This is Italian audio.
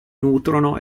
nutrono